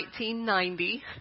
1990